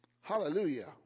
Hallelujah